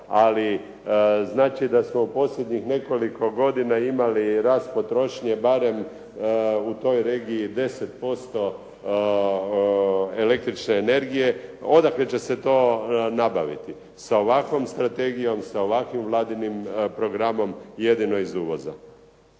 Ali znači da smo u posljednjih nekoliko godina imali rast potrošnje barem u toj regiji 10% električne energije. Odakle će se to nabaviti? Sa ovakvom strategijom, sa ovakvim Vladinim programom jedino iz uvoza.